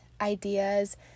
ideas